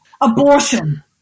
abortion